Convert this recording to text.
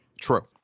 True